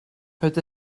het